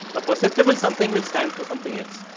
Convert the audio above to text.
a perceptible something which stand for something else.